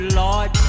lord